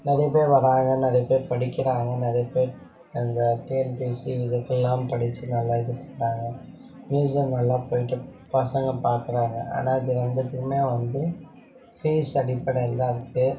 நிறைய பேர் வராங்க நிறைய பேர் படிக்கிறாங்க நிறைய பேர் அந்த டிஎன்பிஎஸ்சி இதுக்கெல்லாம் படிச்சு நல்லா இது பண்ணுறாங்க மியூசியம் எல்லாம் போயிட்டு பசங்கள் பார்க்குறாங்க ஆனால் அது ரெண்டுத்துக்குமே வந்து பீஸ் அடிப்படையில் தான் இருக்குது